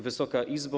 Wysoka Izbo!